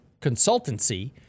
consultancy